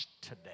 today